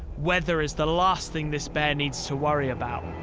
weather is the last thing this bear needs to worry about.